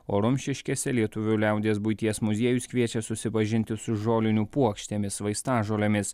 o rumšiškėse lietuvių liaudies buities muziejus kviečia susipažinti su žolinių puokštėmis vaistažolėmis